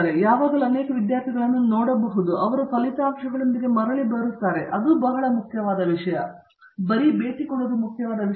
ನಾನು ಯಾವಾಗಲೂ ಅನೇಕ ವಿದ್ಯಾರ್ಥಿಗಳನ್ನು ನೋಡಬಹುದಾಗಿದೆ ಆದರೆ ಫಲಿತಾಂಶಗಳೊಂದಿಗೆ ಮರಳಿ ಬರುತ್ತಾರೆ ಅದು ಬಹಳ ಮುಖ್ಯವಾದ ವಿಷಯ